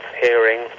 hearing